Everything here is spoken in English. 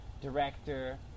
director